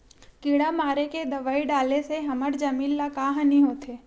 किड़ा मारे के दवाई डाले से हमर जमीन ल का हानि होथे?